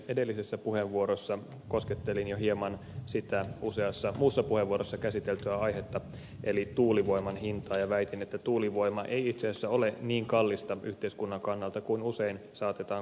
edellisessä puheenvuorossa koskettelin jo hieman sitä useassa muussa puheenvuorossa käsiteltyä aihetta eli tuulivoiman hintaa ja väitin että tuulivoima ei itse asiassa ole niin kallista yhteiskunnan kannalta kuin usein saatetaan kuvitella